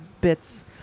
bits